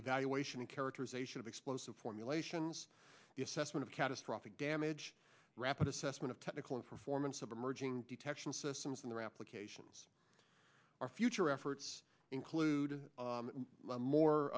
the evaluation characterization of explosive formulations the assessment of catastrophic damage rapid assessment of technical and for four months of emerging detection systems in their applications or future efforts including more